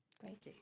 Great